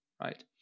right